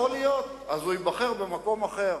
יכול להיות, אז הוא ייבחר במקום אחר.